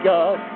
God